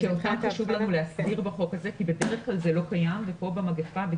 אותם חשוב לנו להסדיר בחוק הזה כי בדרך כלל זה קיים וכאן במגפה,